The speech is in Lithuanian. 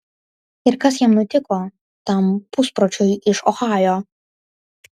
ir kas jam nutiko tam puspročiui iš ohajo